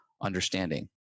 understanding